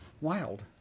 Wild